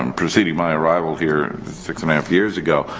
um preceding my arrival here six and a half years ago.